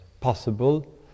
possible